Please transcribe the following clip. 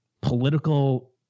political